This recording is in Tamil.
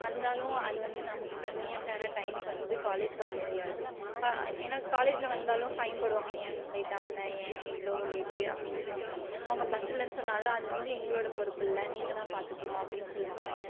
வந்தாலும் அது வந்து நமக்கு கன்வினீயன்ட்டான டைமுக்கு வந்து காலேஜுக்கு வரமுடியாது கா ஏனால் காலேஜில் வந்தாலும் ஃபைன் போடுவாங்க ஏன் லேட்டாக வந்தே ஏன் இவ்வளோ லேட்டு அப்படின்னு கேட்பாங்க அவங்க பஸ் இல்லைன்னு சொன்னாலும் அது வந்து எங்களோடய பொறுப்பு இல்லை நீங்கள்தான் பார்த்துக்கணும் அப்படின்னு சொல்லுவாங்க